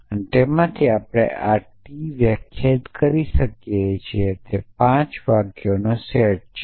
અને તેમાંથી આપણે આ T વ્યાખ્યાયીટ કરી શકીએ છીએ તે 5 વાક્યોનો સેટ છે